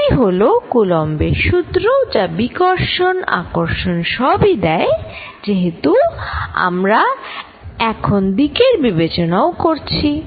এটি হলো কুলম্বের সূত্র Coulumb's Law যা বিকর্ষণ আকর্ষণ সবই দেয় যেহেতু আমরা এখন দিকের বিবেচনা ও করছি